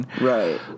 Right